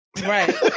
Right